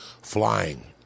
flying